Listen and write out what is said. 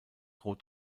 rot